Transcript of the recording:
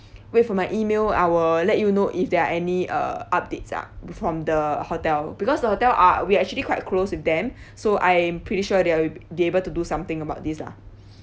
wait for my email I will let you know if there are any uh updates ah from the hotel because the hotel are we're actually quite close with them so I am pretty sure they'll they're able do something about this lah